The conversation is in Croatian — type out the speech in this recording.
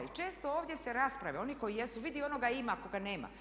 I često ovdje se raspravlja, oni koji jesu, vidi onoga ima koga nema.